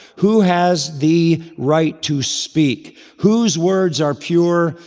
who has the right to speak. whose words are pure,